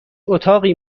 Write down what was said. اتاقی